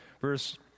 Verse